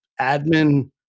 admin